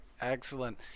Excellent